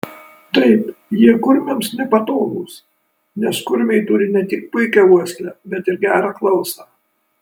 taip jie kurmiams nepatogūs nes kurmiai turi ne tik puikią uoslę bet ir gerą klausą